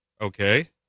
Okay